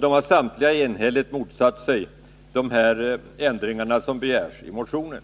De har enhälligt motsatt sig de ändringar som begärs i motionen.